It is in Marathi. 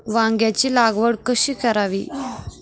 वांग्यांची लागवड कशी करावी?